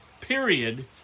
period